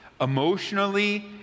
emotionally